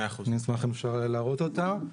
אני אשמח אם אפשר יהיה לראות אותה,